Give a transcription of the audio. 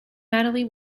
natalie